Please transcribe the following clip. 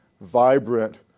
vibrant